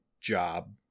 job